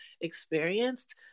experienced